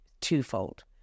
twofold